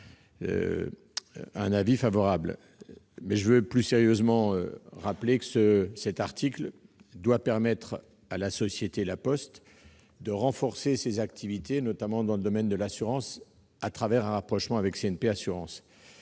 ! Plus sérieusement, je rappelle que cet article doit permettre à la société La Poste de renforcer ses activités notamment dans le domaine de l'assurance, un rapprochement avec CNP Assurances.